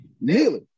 Nearly